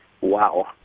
Wow